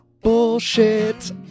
bullshit